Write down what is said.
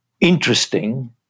interesting